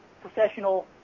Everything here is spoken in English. professional